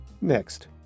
Next